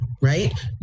right